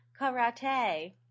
karate